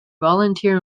volunteer